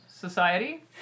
society